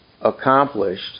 accomplished